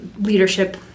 leadership